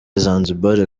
zanzibar